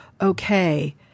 okay